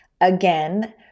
again